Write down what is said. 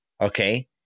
okay